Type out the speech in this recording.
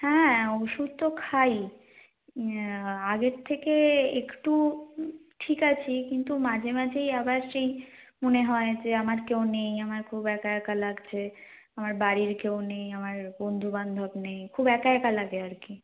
হ্যাঁ ওষুধ তো খাই আগের থেকে একটু ঠিক আছি কিন্তু মাঝেমাঝেই আবার সেই মনে হয় যে আমার কেউ নেই আমার খুব একা একা লাগছে আমার বাড়ির কেউ নেই আমার বন্ধুবান্ধব নেই খুব একা একা লাগে আর কি